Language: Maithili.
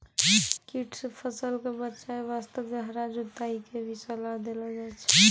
कीट सॅ फसल कॅ बचाय वास्तॅ गहरा जुताई के भी सलाह देलो जाय छै